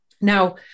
Now